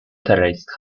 terraced